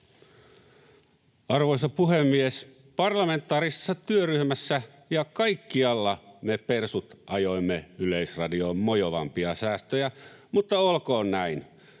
Arvoisa puhemies! Parlamentaarisessa työryhmässä ja kaikkialla me persut ajoimme Yleisradioon mojovampia säästöjä, mutta olkoon näin.